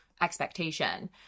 expectation